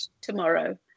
tomorrow